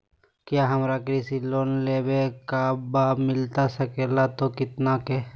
क्या हमारा कृषि लोन लेवे का बा मिलता सके ला तो कितना के?